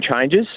changes